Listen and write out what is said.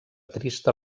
trista